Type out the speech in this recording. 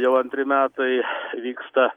jau antri metai vyksta